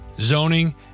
zoning